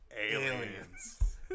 aliens